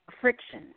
friction